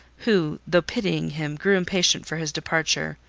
who, though pitying him, grew impatient for his departure,